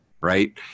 right